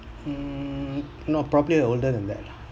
mm no probably older than that